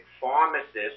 Pharmacists